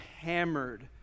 hammered